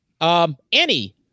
Annie